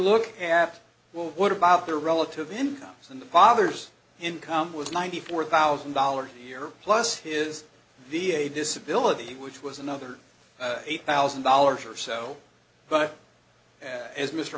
look after well what about their relative incomes and the father's income was ninety four thousand dollars a year plus his the a disability which was another eight thousand dollars or so but as mr